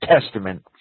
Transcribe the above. Testament